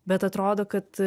bet atrodo kad